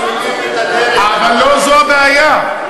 אבל לא זו הבעיה.